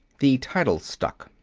the title stuck.